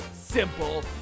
simple